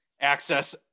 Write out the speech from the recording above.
Access